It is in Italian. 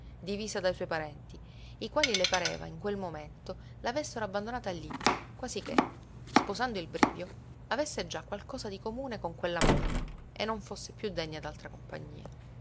divisa dai suoi parenti i quali le pareva in quel momento la avessero abbandonata lí quasi che sposando il brivio avesse già qualcosa di comune con quella morta e non fosse piú degna d'altra compagnia